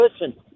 listen